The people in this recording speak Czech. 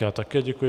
Já také děkuji.